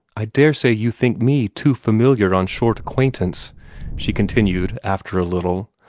i daresay you think me too familiar on short acquaintance she continued, after a little.